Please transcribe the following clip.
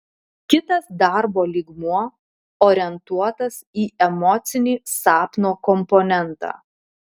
kitas darbo lygmuo orientuotas į emocinį sapno komponentą